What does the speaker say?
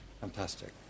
Fantastic